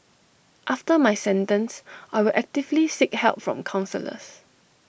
after my sentence I will actively seek help from counsellors